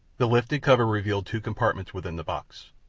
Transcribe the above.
the lifted cover revealed two compartments within the box.